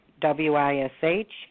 W-I-S-H